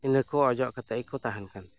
ᱤᱱᱟᱹ ᱠᱚ ᱚᱡᱚᱜ ᱠᱟᱛᱮᱫ ᱠᱚ ᱛᱟᱦᱮᱱ ᱠᱟᱱ ᱛᱟᱦᱮᱸᱫ